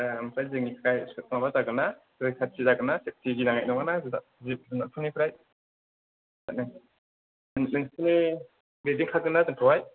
आस्सा ओमफ्राय जोंनिफ्राय माबा जागोन ना रैखाथि जागोन ना सेफटि गिनांनाय नङा ना जिब जुनारफोरनिफ्राय नोंसोरनो दैदेन खागोन ना जोंखौहाय